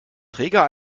träger